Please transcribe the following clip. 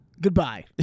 Goodbye